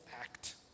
act